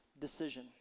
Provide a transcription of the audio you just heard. decision